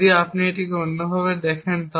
যদি আপনি এটিকে অন্যভাবে দেখেন